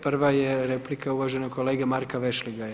Prva je replika uvaženog kolege Marka VEšligaja.